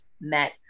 met